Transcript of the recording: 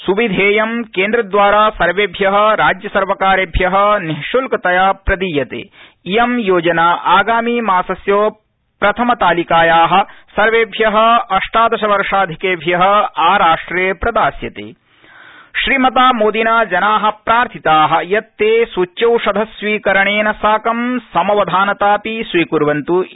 सुविधर्त क्वि द्वारा सर्वेभ्य राज्यसर्वकारखि निशुल्कतया प्रदीयत ियं योजना आगामीमासस्य प्रथमतालिकाया सर्वेभ्य अष्टादशवर्षाधिक्ष्मि आराष्ट्रप्रिदास्यता श्रीमता मोदिना जना प्रार्थिता यत् तस्विच्यौषधस्वीकरणप्र साकं समवधानतापि स्वीकुर्वन्तु इति